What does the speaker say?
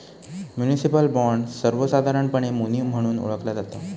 municipal bond, सर्वोसधारणपणे muni म्हणून ओळखला जाता